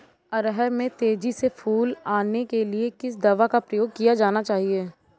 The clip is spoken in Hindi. अरहर में तेजी से फूल आने के लिए किस दवा का प्रयोग किया जाना चाहिए?